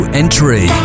entry